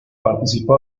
participó